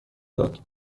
داد